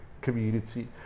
community